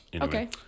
Okay